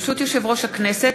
ברשות יושב-ראש הכנסת,